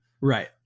Right